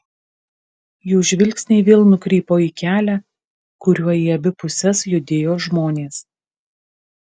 jų žvilgsniai vėl nukrypo į kelią kuriuo į abi puses judėjo žmonės